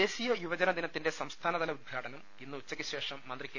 ദേശീയ യുവജന ദിനത്തിന്റെ സംസ്ഥാന തല ഉദ്ഘാടനം ഇന്ന് ഉച്ചയ് ശേഷം മന്ത്രി കെ